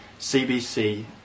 CBC